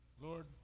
Lord